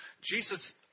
Jesus